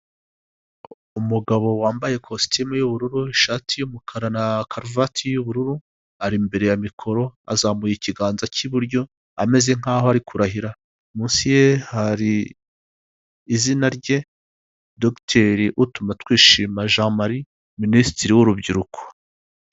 Umugabo wambaye kositime y'ubururu, ishati y'umukara na karuvati y'ubururu, ari imbere ya mikoro azamuye ikiganza cy'iburyo ameze nk'aho ari kurahira, munsi ye hari izina rye Dr. Utumatwishima Jean Marie Minisitiri w'Urubyiruko.